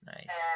Nice